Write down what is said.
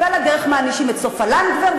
ועל הדרך מענישים את סופה לנדבר,